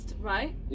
right